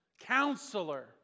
Counselor